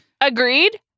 Agreed